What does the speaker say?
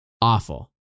Awful